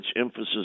emphasis